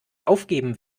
aufgeben